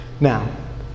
Now